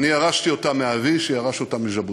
ירשתי אותה מאבי, שירש אותה מז'בוטינסקי,